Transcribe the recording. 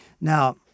Now